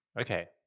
Okay